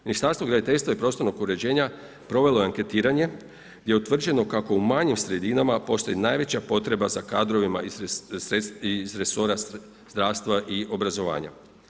Ministarstvo graditeljstva i prostornog uređenja provelo je anketiranje gdje je utvrđeno kako u manjim sredinama postoji najveća potreba za kadrovima iz resora zdravstva i obrazovanja.